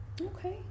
Okay